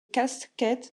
casket